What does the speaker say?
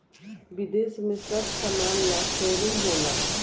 विदेश में सब समान ला शोरूम होला